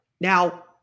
Now